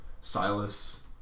Silas